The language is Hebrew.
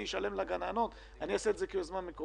אני אשלם לגננות, אני אעשה את זה כיוזמה מקומית.